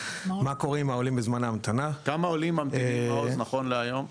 מה קורה עם העולים בזמן ההמתנה --- כמה עולים ממתינים נכון להיום?